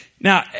Now